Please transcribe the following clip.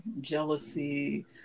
jealousy